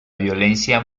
violencia